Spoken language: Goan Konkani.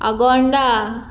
आगोंद